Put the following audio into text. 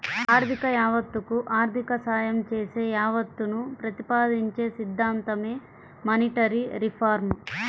ఆర్థిక యావత్తకు ఆర్థిక సాయం చేసే యావత్తును ప్రతిపాదించే సిద్ధాంతమే మానిటరీ రిఫార్మ్